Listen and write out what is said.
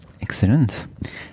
Excellent